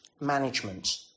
management